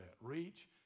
Reach